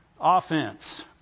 offense